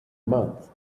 months